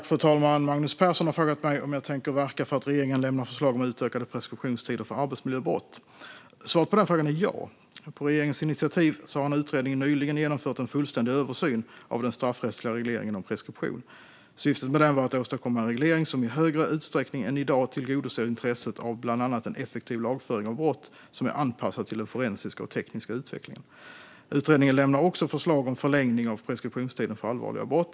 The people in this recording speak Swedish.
Fru talman! Magnus Persson har frågat mig om jag tänker verka för att regeringen lämnar förslag om utökade preskriptionstider för arbetsmiljöbrott. Svaret på den frågan är ja. På regeringens initiativ har en utredning nyligen genomfört en fullständig översyn av den straffrättsliga regleringen om preskription. Syftet med den var att åstadkomma en reglering som i större utsträckning än i dag tillgodoser intresset av bland annat en effektiv lagföring av brott, som är anpassad till den forensiska och tekniska utvecklingen. Utredningen lämnar också förslag om förlängning av preskriptionstiden för allvarliga brott.